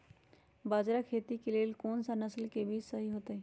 बाजरा खेती के लेल कोन सा नसल के बीज सही होतइ?